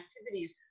activities